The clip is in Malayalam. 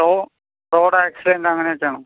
അതോ റോഡ് ആക്സിഡൻറ്റ് അങ്ങനൊക്കെയാണോ